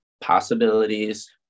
possibilities